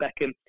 Beckham